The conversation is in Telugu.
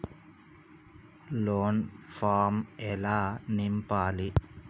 లోన్ ఫామ్ ఎలా నింపాలి?